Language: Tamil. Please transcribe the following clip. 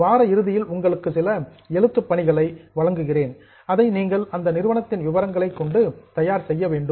வார இறுதியில் உங்களுக்கு சில அசைன்மென்ட் எழுத்துப் பணிகளை வழங்குகிறேன் அதை நீங்கள் அந்த நிறுவனத்தின் விவரங்களை கொண்டு தயார் செய்ய வேண்டும்